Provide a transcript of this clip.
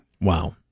Wow